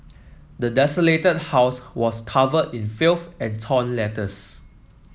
the desolated house was covered in filth and torn letters